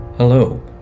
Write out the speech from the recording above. Hello